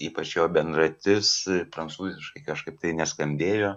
ypač jo bendratis prancūziškai kažkaip tai neskambėjo